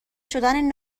شدن